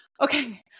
okay